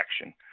action